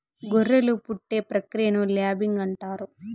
గొర్రెలు పుట్టే ప్రక్రియను ల్యాంబింగ్ అంటారు